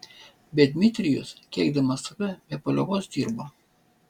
bet dmitrijus keikdamas save be paliovos dirbo